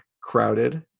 crowded